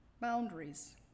Boundaries